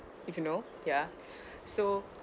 if you know ya so